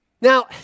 Now